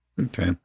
Okay